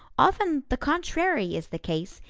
often the contrary is the case,